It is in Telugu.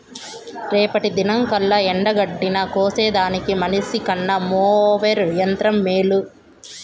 రేపటి దినంకల్లా ఎండగడ్డిని కోసేదానికి మనిసికన్న మోవెర్ యంత్రం మేలు